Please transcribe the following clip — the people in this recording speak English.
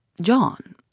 John